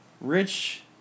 Rich